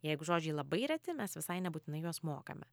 jeigu žodžiai labai reti mes visai nebūtinai juos mokame